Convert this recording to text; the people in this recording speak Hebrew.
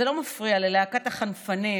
זה לא מפריע ללהקת החנפנים,